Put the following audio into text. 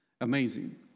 amazing